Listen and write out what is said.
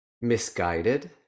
misguided